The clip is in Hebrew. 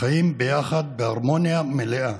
חיים ביחד בהרמוניה מלאה,